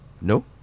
No